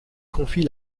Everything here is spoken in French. confie